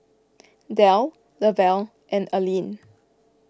Delle Lavelle and Aline